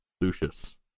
Lucius